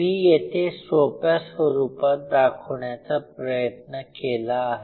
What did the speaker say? मी येथे सोप्या स्वरूपात दाखवण्याचा प्रयत्न केला आहे